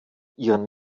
ihren